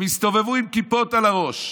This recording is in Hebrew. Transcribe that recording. הם הסתובבו עם כיפות על הראש.